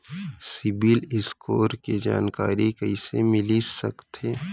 CIBIL score के जानकारी कइसे मिलिस सकथे?